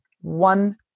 One